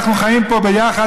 אנחנו חיים פה ביחד,